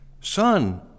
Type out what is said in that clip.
Son